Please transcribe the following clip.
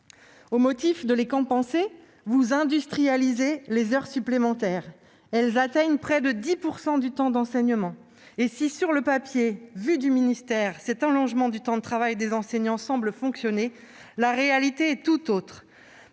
Au motif de compenser ces suppressions, vous industrialisez les heures supplémentaires, qui atteignent près de 10 % du temps d'enseignement ! Si, sur le papier, vu du ministère, cet allongement du temps de travail des enseignants semble fonctionner, la réalité est tout autre